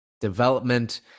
development